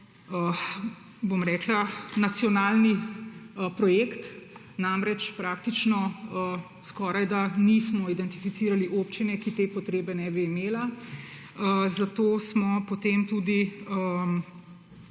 bom rekla, nacionalni projekt. Praktično skorajda nismo identificirali občine, ki te potrebe ne bi imela. Zato smo potem tudi